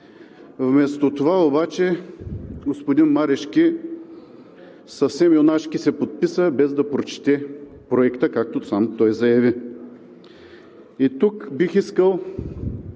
Вместо това обаче господин Марешки – съвсем юнашки се подписа, без да прочете Проекта, както сам той заяви.